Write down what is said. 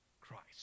Christ